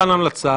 בסעיף 5(א),